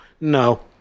No